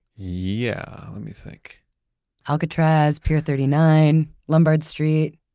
yeah, let me think alcatraz, pier thirty nine, lombard street?